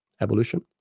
evolution